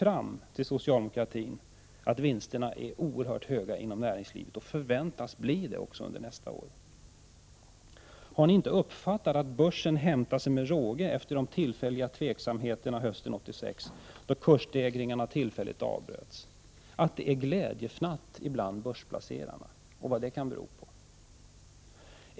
Har inte kunskapen att vinsterna är oerhört höga inom näringslivet och förväntas bli så också under nästa år nått socialdemokratin? Har ni inte uppfattat att börsen hämtat sig med råge efter de tillfälliga tveksamheterna hösten 1986, då kursstegringarna tillfälligt bröts, och att det råder glädjefnatt bland börsplacerarna? Vad kan det bero på?